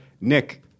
Nick